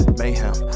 mayhem